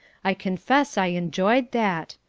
i confess i enjoyed that.